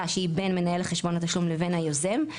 שהיא בין מנהל חשבון התשלום לבין היוזם.